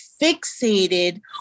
fixated